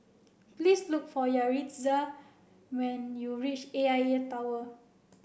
please look for Yaritza when you reach A I A Tower